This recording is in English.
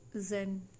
Zen